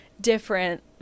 different